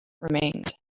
remained